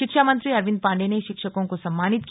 शिक्षा मंत्री अरविंद पांडे ने शिक्षकों को सम्मानित किया